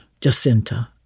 Jacinta